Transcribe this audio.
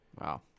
Wow